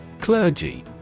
Clergy